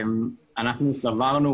אנחנו סברנו,